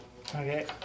Okay